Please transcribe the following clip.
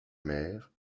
mère